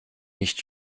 nicht